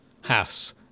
Haas